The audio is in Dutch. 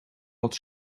had